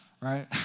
right